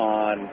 on